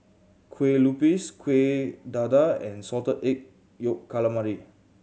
Kueh Lupis Kuih Dadar and Salted Egg Yolk Calamari